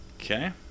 Okay